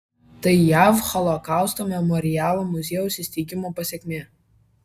tai jav holokausto memorialo muziejaus įsteigimo pasekmė